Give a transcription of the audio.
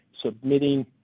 submitting